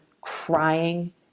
crying